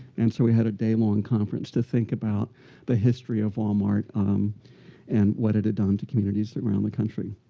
and so we had a day-long conference to think about the history of walmart and what it had done to communities around the country.